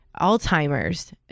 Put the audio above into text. Alzheimer's